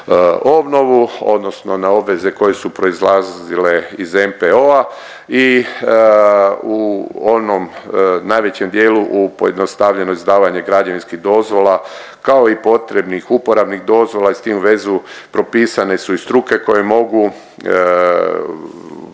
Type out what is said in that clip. obnovu odnosno na obveze koje su proizlazile iz NPOO-a i u onom najvećem dijelu u pojednostavljeno izdavanje građevinskih dozvola kao i potrebnih uporabnih dozvola i s tim vezu propisane su i struke koje mogu